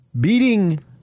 Beating